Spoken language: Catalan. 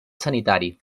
sanitari